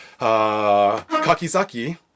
Kakizaki